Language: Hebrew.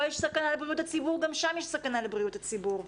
סכנה לבריאות הציבור גם שם יש סכנה לבריאות הציבור.